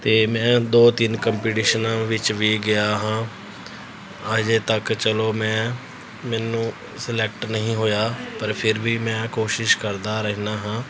ਅਤੇ ਮੈਂ ਦੋ ਤਿੰਨ ਕੰਪੀਟੀਸ਼ਨਾਂ ਵਿੱਚ ਵੀ ਗਿਆ ਹਾਂ ਹਾਲੇ ਤੱਕ ਚਲੋ ਮੈਂ ਮੈਨੂੰ ਸਲੈਕਟ ਨਹੀਂ ਹੋਇਆ ਪਰ ਫਿਰ ਵੀ ਮੈਂ ਕੋਸ਼ਿਸ਼ ਕਰਦਾ ਰਹਿੰਦਾ ਹਾਂ